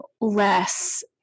less